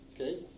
okay